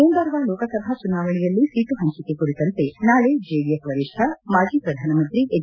ಮುಂಬರುವ ಲೋಕಸಭಾ ಚುನಾವಣೆಯಲ್ಲಿ ಸೀಟು ಹಂಚಿಕೆ ಕುರಿತಂತೆ ನಾಳೆ ಜೆಡಿಎಸ್ ವರಿಷ್ಣ ಮಾಜಿ ಪ್ರಧಾನಮಂತ್ರಿ ಎಚ್